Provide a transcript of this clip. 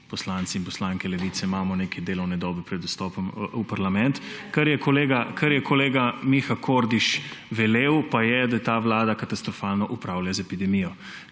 poslanci in poslanke Levice imamo nekaj delovne dobe pred vstopom v parlament. Kar je kolega Miha Kordiš velel, pa je, da ta vlada katastrofalno upravlja z epidemijo,